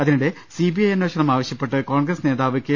അതിനിടെ സിബിഐ അന്വേ ഷണം ആവശ്യപ്പെട്ട് കോൺഗ്രസ് നേതാവ് കെ